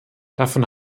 davon